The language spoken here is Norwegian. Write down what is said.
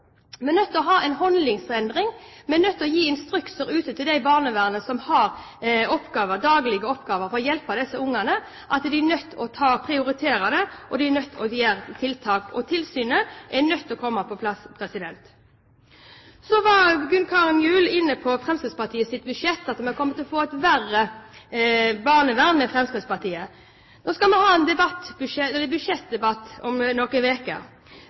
Vi er nødt til å ha en holdningsendring. Vi er nødt til å gi instrukser til dem i barnevernet som har daglige oppgaver med å hjelpe disse ungene, om at de er nødt til å prioritere det og nødt å sette i verk tiltak. Og tilsynet er nødt til å komme på plass. Gunn Karin Gjul var inne på Fremskrittspartiets budsjett – at vi kommer til å få et verre barnevern med Fremskrittspartiet. Nå skal vi ha en budsjettdebatt om noen